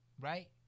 Right